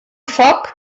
foc